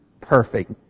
perfect